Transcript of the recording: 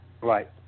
Right